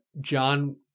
John